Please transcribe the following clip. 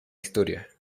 historia